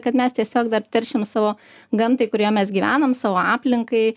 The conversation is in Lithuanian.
kad mes tiesiog dar teršiam savo gamtai kurioje mes gyvenam savo aplinkai